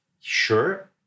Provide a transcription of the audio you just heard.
Sure